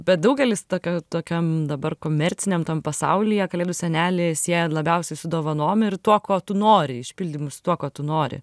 bet daugelis tokio tokiam dabar komerciniam tam pasaulyje kalėdų senelį sieja labiausiai su dovanom ir tuo ko tu nori išpildymus tuo ko tu nori